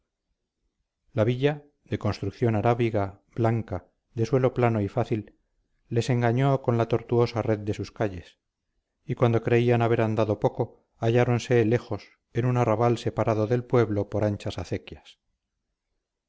la villa de construcción arábiga blanca de suelo plano y fácil les engañó con la tortuosa red de sus calles y cuando creían haber andado poco halláronse lejos en un arrabal separado del pueblo por anchas acequias